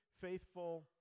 faithful